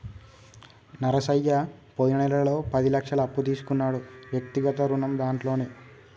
నరసయ్య పోయిన నెలలో పది లక్షల అప్పు తీసుకున్నాడు వ్యక్తిగత రుణం దాంట్లోనే